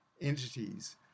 entities